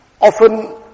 Often